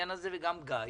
וגם גיא,